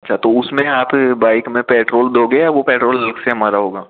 अच्छा तो उसमें आप बाइक में पेट्रोल दोगे या वो पेट्रोल अलग से हमारा होगा